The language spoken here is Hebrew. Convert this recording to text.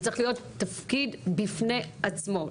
זה צריך להיות תפקיד בפני עצמו.